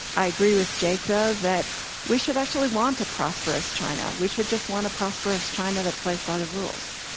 i agree with jake, though, that we should actually want a prosperous china. we should just want a prosperous china that plays by the rules.